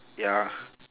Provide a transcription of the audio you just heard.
ya